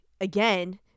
again